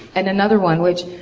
and another one, which.